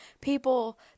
people